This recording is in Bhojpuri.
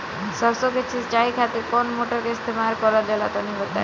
सरसो के सिंचाई खातिर कौन मोटर का इस्तेमाल करल जाला तनि बताई?